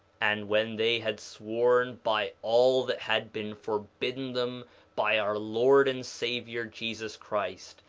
and when they had sworn by all that had been forbidden them by our lord and savior jesus christ,